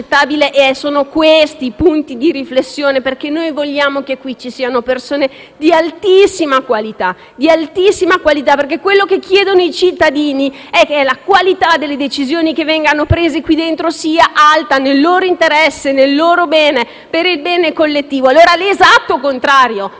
ci siano persone di altissima qualità, perché quello che chiedono i cittadini è che la qualità delle decisioni che vengono prese qui dentro sia alta, nel loro interesse e per il bene collettivo: l'esatto contrario di quello che si sta celebrando, da quasi un anno, in quest'Aula. Chi credeva nella trasparenza